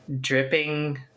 dripping